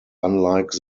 unlike